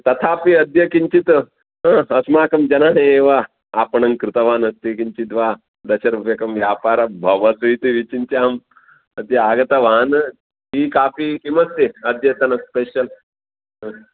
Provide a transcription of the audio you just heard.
तथापि अद्य किञ्चित् हा अस्माकं जनाः एव आपणं कृतवानस्ति किञ्चिद्वा दशरूप्यकं व्यापारं भवतु इति विचिन्त्य अहम् अद्य आगतवान् टी काफ़ि किमस्ति अद्यतन स्पेषल् हा